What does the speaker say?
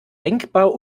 denkbar